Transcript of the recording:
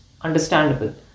understandable